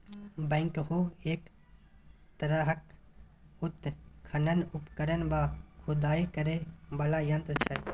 backhoe एक तरहक उत्खनन उपकरण वा खुदाई करय बला यंत्र छै